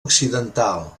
occidental